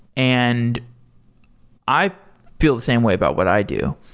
and i feel the same way about what i do.